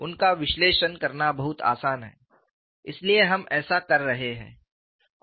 उनका विश्लेषण करना बहुत आसान है इसलिए हम ऐसा कर रहे हैं